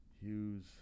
Hughes